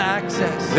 access